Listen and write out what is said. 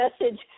message